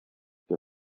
què